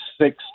six